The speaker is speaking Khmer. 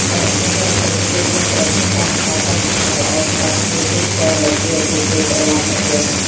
បដិសណ្ឋារកិច្ចទទួលខុសត្រូវក្នុងការបង្កើតបទពិសោធន៍ល្អសម្រាប់ភ្ញៀវទេសចរដែលជួយឲ្យពួកគេត្រឡប់មកវិញ។